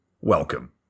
welcome